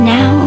Now